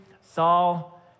Saul